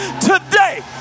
today